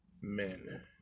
men